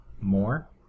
More